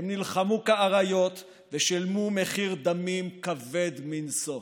הם נלחמו כאריות ושילמו מחיר דמים כבד מנשוא.